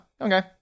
okay